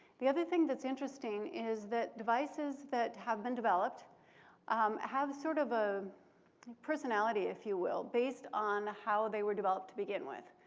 the other thing that's interesting is that devices that have been developed um have sort of a personality, if you will, based on how they were developed to begin with.